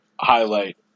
highlight